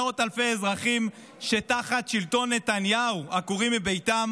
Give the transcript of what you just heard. מאות אלפי אזרחים שתחת שלטון נתניהו עקורים מביתם